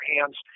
hands